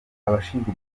abashinzwe